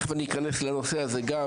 אכנס לנושא הזה,